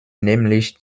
nämlich